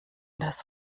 das